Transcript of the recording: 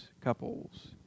couples